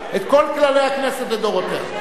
את כל כללי הכנסת לדורותיה.